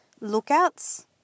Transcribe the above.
lookouts